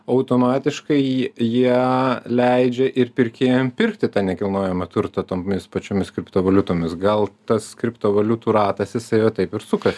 automatiškai jie leidžia ir pirkėjam pirkti tą nekilnojamą turtą tomis pačiomis kriptovaliutomis gal tas kriptovaliutų ratas jisai va taip ir sukas